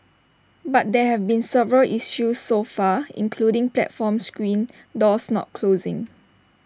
but there have been several issues so far including platform screen doors not closing